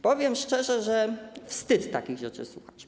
Powiem szczerze, że wstyd takich rzeczy słuchać.